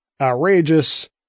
outrageous